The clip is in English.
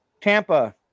Tampa